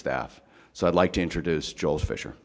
staff so i'd like to introduce joel fischer